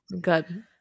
Good